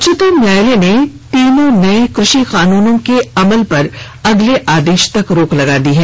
उच्चतम न्यायालय ने तीनों नए कृषि कानूनों के अमल पर अगले आदेश तक रोक लगा दी है